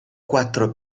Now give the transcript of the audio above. quattro